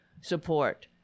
support